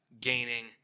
gaining